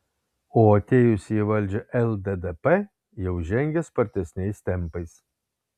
o atėjusi į valdžią lddp jau žengė spartesniais tempais